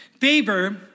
favor